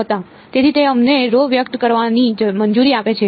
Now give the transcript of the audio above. તેથી તે અમને વ્યક્ત કરવાની મંજૂરી આપે છે